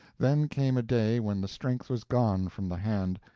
then came a day when the strength was gone from the hand,